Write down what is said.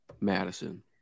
Madison